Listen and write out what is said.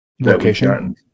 Location